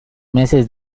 meses